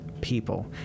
people